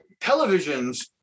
Televisions